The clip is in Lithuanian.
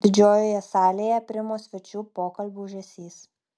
didžiojoje salėje aprimo svečių pokalbių ūžesys